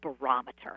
barometer